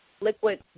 liquid